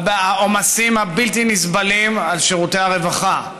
העומסים הבלתי-נסבלים על שירותי הרווחה,